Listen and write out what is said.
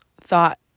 thought